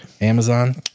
Amazon